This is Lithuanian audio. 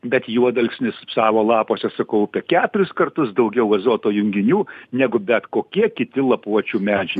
bet juodalksnis savo lapuose sukaupia keturis kartus daugiau azoto junginių negu bet kokie kiti lapuočių medžių